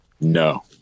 No